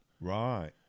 Right